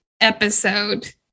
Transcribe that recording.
episode